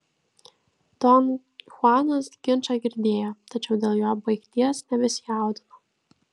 don chuanas ginčą girdėjo tačiau dėl jo baigties nebesijaudino